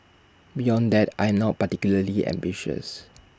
beyond that I am not particularly ambitious